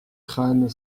crâne